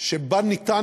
שבה יהיה